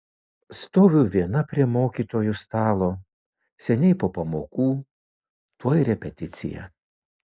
stoviu viena prie mokytojų stalo seniai po pamokų tuoj repeticija